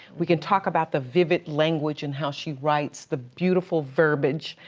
we can talk about the vivid language and how she writes, the beautiful verbiage,